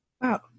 Wow